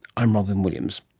i'm robyn williams